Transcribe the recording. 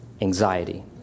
anxiety